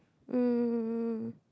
um